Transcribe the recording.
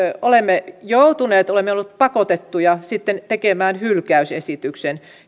olemme joutuneet olemme olleet pakotettuja tekemään hylkäysesityksen